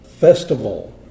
festival